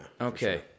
Okay